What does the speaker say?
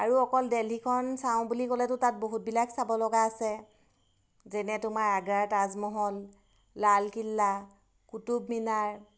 আৰু অকল দিল্লীখন চাওঁ বুলি ক'লেতো তাত বহুতবিলাক চাব লগা আছে যেনে তোমাৰ আগ্ৰাৰ তাজমহল লালকিল্লা কুটুবমিনাৰ